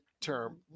term